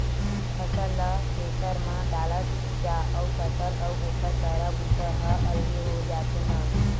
फसल ल थेरेसर म डालत जा अउ फसल अउ ओखर पैरा, भूसा ह अलगे हो जाथे न